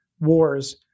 wars